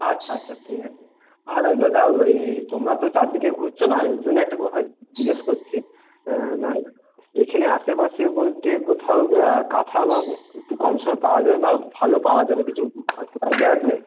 আচ্ছা আচ্ছা ঠিক আছে আর দাদা ওই তোমরা তো চার দিকে ঘুরছো না এর জন্য একটা কথা জিজ্ঞেস করছি না এখানে আশেপাশের বলতে কোথাও কাঁথা বা একটু কম সমে পাওয়া যাবে বা ভালো পাওয়া যাবে কিছু আর কি আইডিয়া আছে